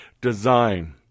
design